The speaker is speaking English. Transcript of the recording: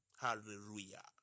hallelujah